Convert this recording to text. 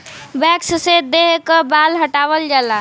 wax से देह क बाल हटावल जाला